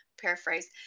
paraphrase